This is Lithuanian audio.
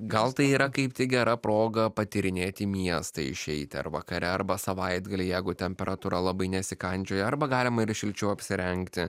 gal tai yra kaip tik gera proga patyrinėti miestą išeiti ar vakare arba savaitgalį jeigu temperatūra labai nesikandžioja arba galima ir šilčiau apsirengti